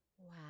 Wow